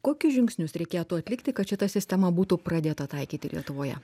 kokius žingsnius reikėtų atlikti kad šita sistema būtų pradėta taikyti lietuvoje